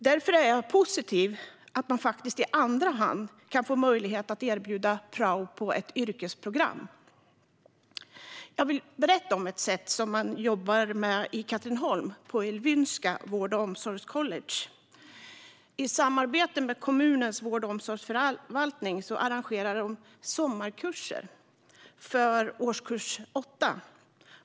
Därför är jag positiv till att man i andra hand kan få möjlighet att erbjuda prao på ett yrkesprogram. Jag vill berätta om ett sätt som man jobbar på i Katrineholm på Ellwynska vård och omsorgscollege. I samarbete med kommunens vård och omsorgsförvaltning arrangerar de sommarkurser för elever i årskurs 8.